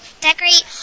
decorate